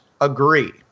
agree